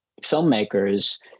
filmmakers